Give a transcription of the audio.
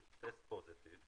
test positive,